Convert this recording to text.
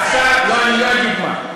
עכשיו, לא, אני לא אגיד מה.